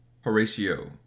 horatio